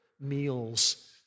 meals